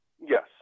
yes